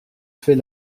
fait